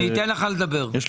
אני אתן לך לדבר.